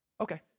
Okay